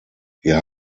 wir